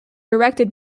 directed